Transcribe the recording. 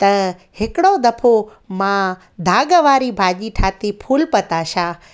त हिकिड़ो दफ़ो मां दाग़ वारी भाॼी ठाही फुल पताशा